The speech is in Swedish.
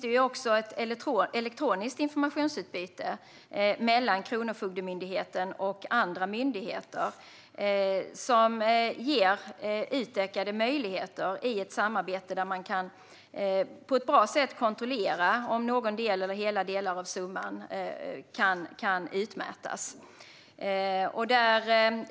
Det finns också ett elektroniskt informationsutbyte mellan Kronofogdemyndigheten och andra myndigheter. Det ger utökade möjligheter i ett samarbete för att på ett bra sätt kontrollera om någon del av eller hela summan kan utmätas.